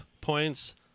points